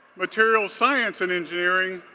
materials science and engineering,